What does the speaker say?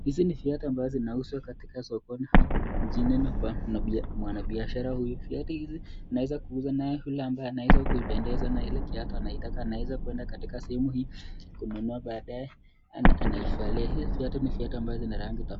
Hizi ni viatu ambayo zinauzwa katika sokoni au mjini na kwa mwanabiashara huyu, viatu hizi zinaweza kuuzwa naye yule anaweza kupendezwa na ile kiatu anaitaka anaweza kuenda katika sehemu hii kununua baadaye anaivalia, hiyo viatu ni viatu ambazo ni rangi tofauti.